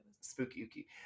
Spooky